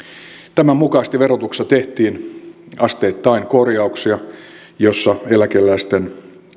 tämän mukaisesti verotuksessa tehtiin asteittain korjauksia joissa eläkeläisten